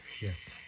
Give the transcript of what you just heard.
Yes